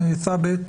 הבעיה.